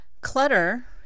clutter